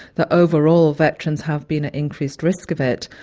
that overall veterans have been at increased risk of it,